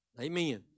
Amen